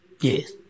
Yes